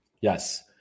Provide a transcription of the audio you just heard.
Yes